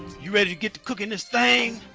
you ready to get to cooking this thing?